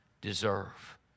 deserve